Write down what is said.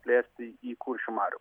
plėsti į kuršmarių